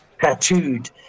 tattooed